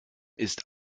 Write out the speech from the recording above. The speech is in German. ist